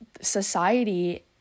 society